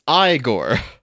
Igor